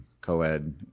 co-ed